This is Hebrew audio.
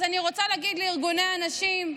אז אני רוצה להגיד לארגוני הנשים: